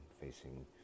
facing